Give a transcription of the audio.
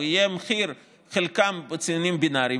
הוא יהיה אצל חלקם בציונים בינאריים,